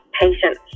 Patience